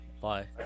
Bye